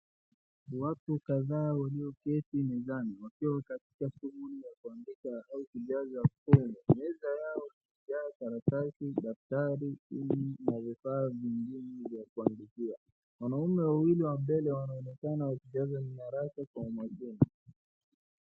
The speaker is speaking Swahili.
Watu kadhaa walioketi mezani wakiwa katika shughuli ya kuandika au kujaza fomu. Meza yao imejaa karatasi, daftari, simu, na vifaa vingine vya kuandikia. Wanaume wawili wa mbele wanaonekana wakijaza nyaraka kwa makini.